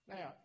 Now